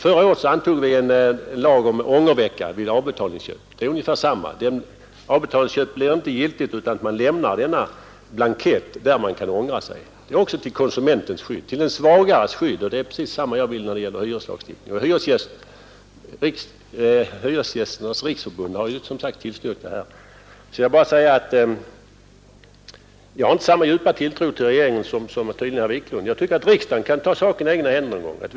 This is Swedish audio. Förra året antog vi en lag om ångervecka vid avbetalningsköp. Det är ungefär detsamma. Ett avbetalningsköp blir inte giltigt om inte säljaren lämnar en blankett som kan användas om köparen ångrar sig. Den bestämmelsen infördes till den svagares skydd, och det är precis detsamma jag vill när det gäller hyreslagstiftningen. Hyresgästernas riksförbund har som sagt tillstyrkt förslaget. Sedan vill jag bara säga att jag inte har samma djupa tilltro till regeringen som herr Wiklund tydligen har. Jag tycker att riksdagen kan ta saken i egna händer någon gång.